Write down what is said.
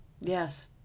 Yes